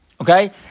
Okay